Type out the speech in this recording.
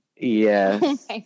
Yes